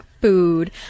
food